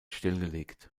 stillgelegt